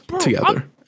together